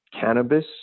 cannabis